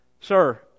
Sir